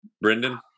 Brendan